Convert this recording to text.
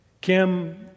Kim